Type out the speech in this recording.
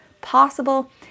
possible